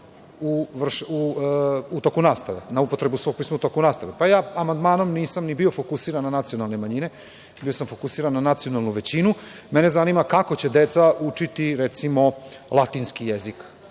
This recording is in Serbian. imaju pravo na upotrebu svog pisma u toku nastave. Ja amandmanom nisam ni bio fokusiran na nacionalne manjine, bio sam fokusiran na nacionalnu većinu. Mene zanima kako će deca učiti, recimo, latinski jezik